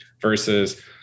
versus